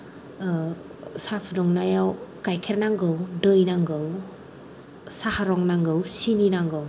साह फुदुंनायाव गाइखेर नांगौ दै नांगौ साहा रं नांगौ सिनि नांगौ